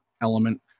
element